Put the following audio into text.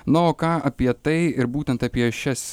na o ką apie tai ir būtent apie šias